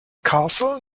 castle